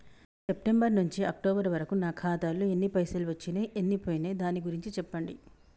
September నుంచి October వరకు నా ఖాతాలో ఎన్ని పైసలు వచ్చినయ్ ఎన్ని పోయినయ్ దాని గురించి చెప్పండి?